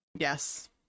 yes